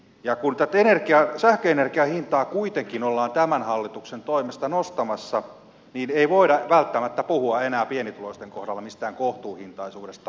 ja kun tätä sähköenergian hintaa kuitenkin ollaan tämän hallituksen toimesta nostamassa niin ei voida välttämättä puhua enää pienituloisten kohdalla mistään kohtuuhintaisuudesta